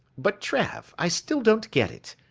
but trav, i still don't get it.